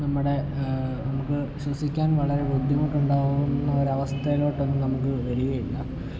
നമ്മുടെ നമുക്ക് ശ്വസിക്കാൻ വളരെ ബുദ്ധിമുട്ടുണ്ടാകുന്ന ഒരു അവസ്ഥയിലോട്ട് നമുക്ക് വരികയേയില്ല